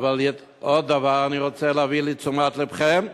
עוד דבר אני רוצה להביא לתשומת לבכם,